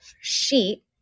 sheet